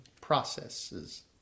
processes